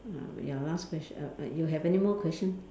ah ya last question uh uh you have any more question